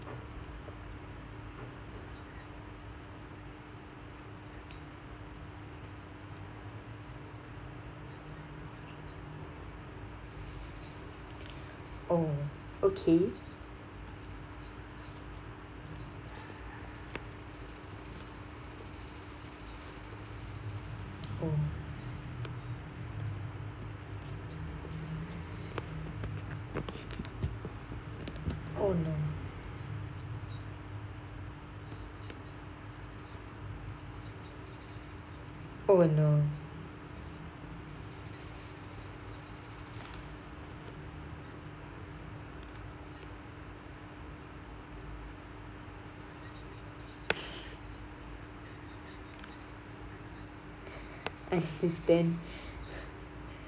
oh okay oh oh no oh no understand